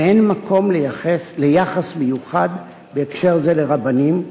ואין מקום ליחס מיוחד בהקשר זה לרבנים,